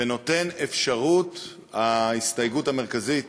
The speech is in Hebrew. ונותן אפשרות ההסתייגות המרכזית